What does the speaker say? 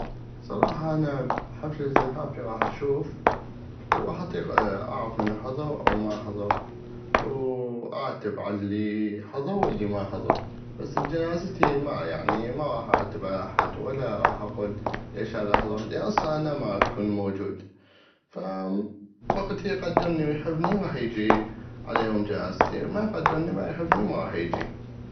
بصراحة انا بحفلة زفافي راح اشوف وغاح اطيق اعغف منو حظغ ومنو ما حظغ واعتب على الي والي حظغ والي ما حظغ بس بجنازتي ما يعني ما غاح اعتب على احد ولا غاح اقول ليش هذا حظغ لان اصلا ما غاح اكون انا موجود فبقت الي يقدرني ويحبني غاح يجي على يوم جنازتي والي ما اقدرني ولا يحبني ما غاح يجي